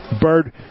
Bird